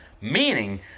meaning